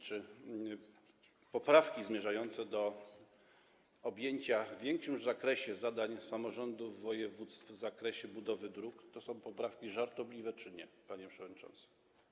Czy poprawki zmierzające do objęcia w większym zakresie zadań samorządów województw w zakresie budowy dróg to są poprawki żartobliwe czy nie, panie przewodniczący?